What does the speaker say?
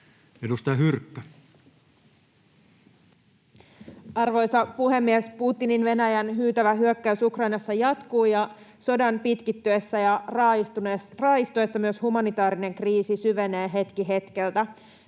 Edustaja Hyrkkö. Arvoisa puhemies! Putinin Venäjän hyytävä hyökkäys Ukrainassa jatkuu, ja sodan pitkittyessä ja raaistuessa myös humanitaarinen kriisi syvenee hetki hetkeltä.